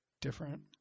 different